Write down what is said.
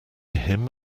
him